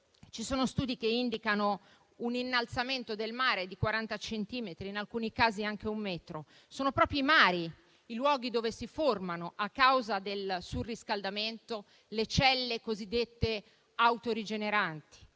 piano sul mare - un innalzamento del mare di 40 centimetri, in alcuni casi anche di un metro. Sono proprio i mari i luoghi dove si formano, a causa del surriscaldamento, le celle cosiddette autorigeneranti,